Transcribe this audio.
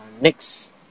Next